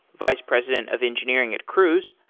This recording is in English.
vice president of engineering at cruise.